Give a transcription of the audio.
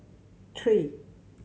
three